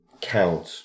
count